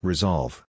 Resolve